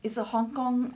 it's a hong kong